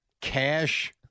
Cash